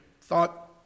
thought